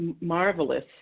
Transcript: marvelous